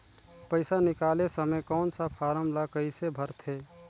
पइसा निकाले समय कौन सा फारम ला कइसे भरते?